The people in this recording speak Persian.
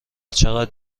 چقدر